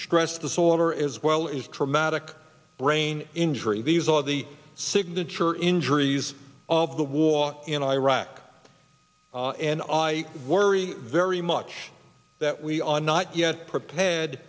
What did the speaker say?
stress disorder as well as traumatic brain injury these are the signature injuries of the war in iraq and i worry very much that we are not yet prepared